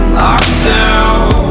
lockdown